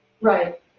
Right